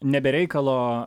ne be reikalo